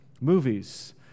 movies